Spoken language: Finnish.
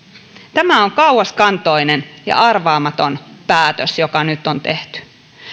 tämä on kauaskantoinen ja arvaamaton päätös joka nyt on tehty